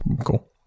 cool